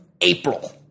April